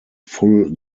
full